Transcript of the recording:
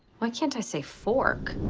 why can't i say fork?